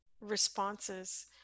responses